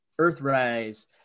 Earthrise